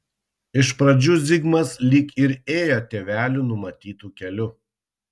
iš pradžių zigmas lyg ir ėjo tėvelių numatytu keliu